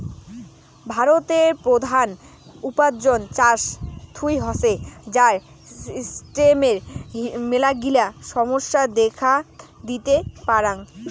ভারতের প্রধান উপার্জন চাষ থুই হসে, যার সিস্টেমের মেলাগিলা সমস্যা দেখাত দিতে পারাং